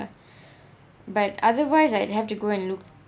but otherwise I'd have to go and look